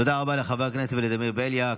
תודה רבה לחבר הכנסת ולדימיר בליאק.